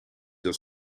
dat